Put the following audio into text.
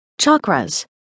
Chakras